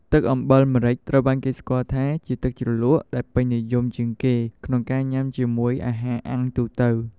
ទឹកអំបិលម្រេចត្រូវបានគេស្គាល់ថាជា ទឹកជ្រលក់ដែលពេញនិយមជាងគេក្នុងការញុាំជាមួយអាហារអាំងទូទៅ។